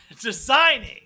designing